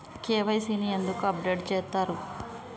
KYC ని ఎందుకు update చేత్తరు?